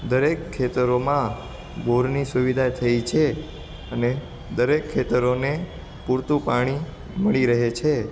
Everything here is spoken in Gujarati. દરેક ખેતરોમાં બોરની સુવિધા થઈ છે અને દરેક ખેતરોને પૂરતું પાણી મળી રહે છે